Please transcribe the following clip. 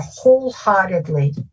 wholeheartedly